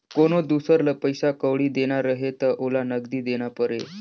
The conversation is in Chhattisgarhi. कोनो दुसर ल पइसा कउड़ी देना रहें त ओला नगदी देना परे